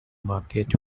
market